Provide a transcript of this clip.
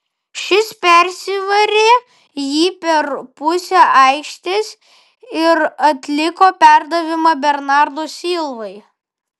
šis persivarė jį per pusę aikštės ir atliko perdavimą bernardo silvai